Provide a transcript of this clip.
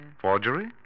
Forgery